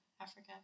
Africa